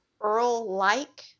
EARL-like